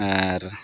ᱟᱨ